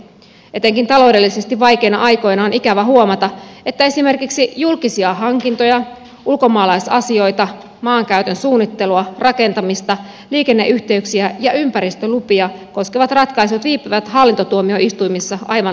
etenkin taloudellisesti vaikeina aikoina on ikävä huomata että esimerkiksi julkisia hankintoja ulkomaalaisasioita maankäytön suunnittelua rakentamista liikenneyhteyksiä ja ympäristölupia koskevat ratkaisut viipyvät hallintotuomioistuimissa aivan liian kauan